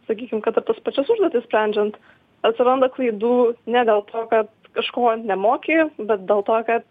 sakykim kad ir tas pačias užduotis sprendžiant atsiranda klaidų ne dėl to kad kažko nemoki bet dėl to kad